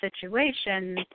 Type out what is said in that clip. situation